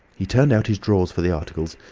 he turned out his drawers for the articles,